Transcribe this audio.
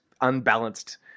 unbalanced